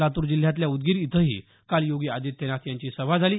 लातूर जिल्ह्यातल्या उदगीर इथंही काल योगी आदित्यनाथ यांची सभा झाली